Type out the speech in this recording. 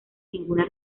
ninguna